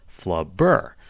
flubber